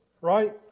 right